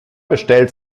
bestellt